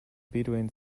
bedouin